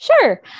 Sure